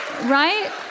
Right